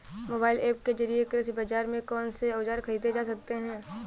Mobile app के जरिए कृषि बाजार से कौन से औजार ख़रीदे जा सकते हैं?